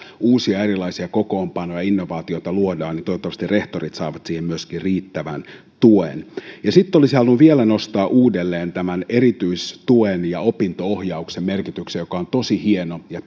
uusia erilaisia kokoonpanoja innovaatioita luodaan toivottavasti rehtorit saavat siihen myöskin riittävän tuen ja sitten olisin halunnut vielä nostaa uudelleen tämän erityistuen ja opinto ohjauksen merkityksen jotka ovat tosi hienoja ja